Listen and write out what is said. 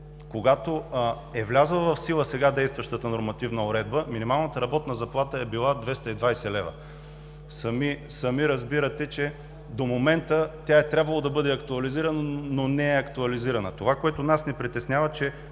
когато е влязла в сила сега действащата нормативна уредба, минималната работна заплата е била 220 лв. Сами разбирате, че до момента тя е трябвало да бъде актуализирана, но не е. Нас ни притеснява, че